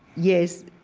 yes.